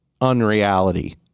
unreality